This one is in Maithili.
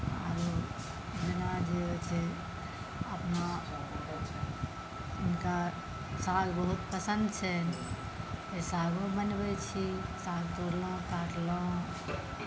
आरो जेना जे होइ छै अपना हिनका साग बहुत पसन्द छनि तऽ सागो बनबै छी साग तोड़लहुँ काटलहुँ